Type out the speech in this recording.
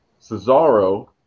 Cesaro